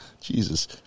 jesus